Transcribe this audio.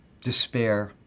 despair